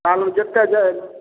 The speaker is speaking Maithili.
आगू जत्ते जे